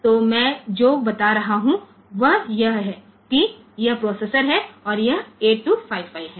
तो मैं जो बता रहा हूं वह यह है कि यह प्रोसेसर है और यह 8255 है